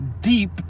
deep